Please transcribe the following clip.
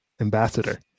ambassador